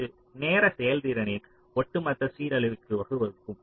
இது நேர செயல்திறனில் ஒட்டுமொத்த சீரழிவுக்கு வழிவகுக்கும்